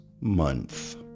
month